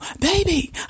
Baby